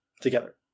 together